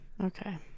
Okay